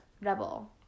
rebel